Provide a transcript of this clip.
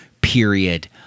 period